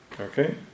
Okay